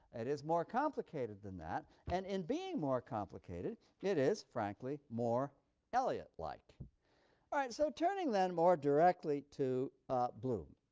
it is more complicated than that, and in being more complicated it is frankly more eliot-like. all like right. so turning then more directly to bloom,